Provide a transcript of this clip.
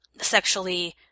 sexually